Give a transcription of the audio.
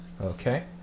okay